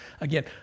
Again